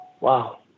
Wow